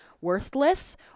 worthless